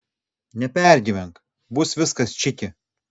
nepergyvenk bus viskas čiki